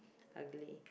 ugly